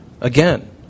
Again